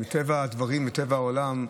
מטבע הדברים, מטבע העולם,